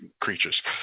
creatures